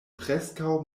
preskaŭ